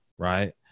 Right